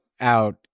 out